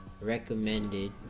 Recommended